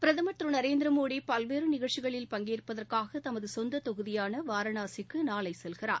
பிரதம் திரு நரேந்திரமோடி பல்வேறு நிகழ்ச்சிகளில் பங்கேற்பதற்காக தமது சொந்த தொகுதியான வாரணாசிக்கு நாளை செல்கிறார்